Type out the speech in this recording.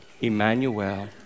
Emmanuel